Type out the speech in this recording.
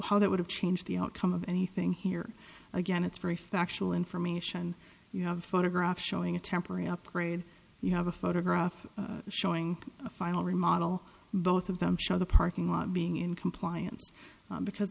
how that would have changed the outcome of anything here again it's very factual information you have photographs showing a temporary upgrade you have a photograph showing a final remodel both of them show the parking lot being in compliance because